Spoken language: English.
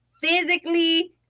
physically